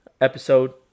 episode